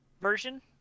version